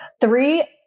Three